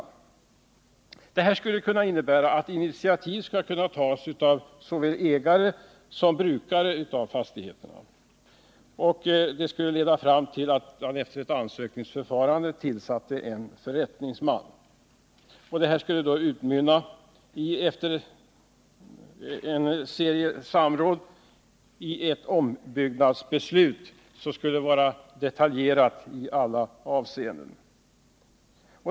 Ett genomförande av vårt förslag skulle kunna innebära att initiativ kan tas av såväl ägare som brukare av fastigheterna. Det skulle leda till att man efter ett ansökningsförfarande tillsatte en förrättningsman, och det hela skulle — efter en serie samråd — utmynna i ett ombyggnadsbeslut, som skulle vara detaljerat i alla avseenden.